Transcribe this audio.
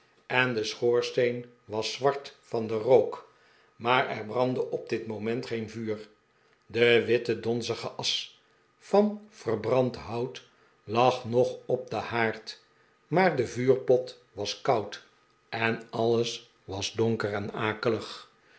en de schoorsteen was zwart van den rook maar er brandde op dit moment geen vuur de witte donzige asch van verbrand hout lag nog op den haard maar de vuurpot was koud en alles was donker en akelig